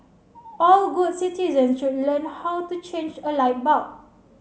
all good citizens should learn how to change a light bulb